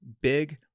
big